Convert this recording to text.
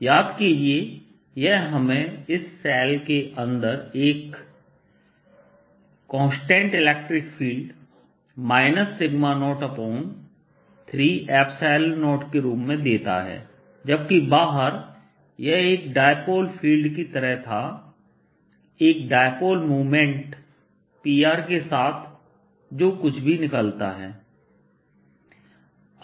याद कीजिए कि यह हमें इस शेल के अंदर एक कांस्टेंट इलेक्ट्रिक फील्ड 030के रूप में देता है जबकि बाहर यह एक डाइपोल फील्ड की तरह था एक डाइपोल मोमेंट pr के साथ जो कुछ भी निकलता है